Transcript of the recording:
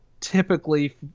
typically